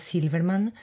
Silverman